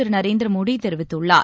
திரு நரேந்திர மோடி தெரிவித்துள்ளார்